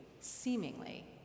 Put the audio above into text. seemingly